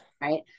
right